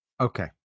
Okay